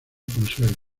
consuelo